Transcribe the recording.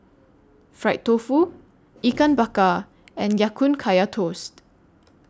Fried Tofu Ikan Bakar and Ya Kun Kaya Toast